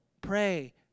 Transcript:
pray